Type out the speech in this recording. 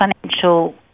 financial